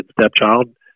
stepchild